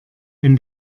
wenn